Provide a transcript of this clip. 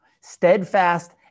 Steadfast